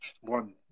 One